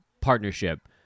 partnership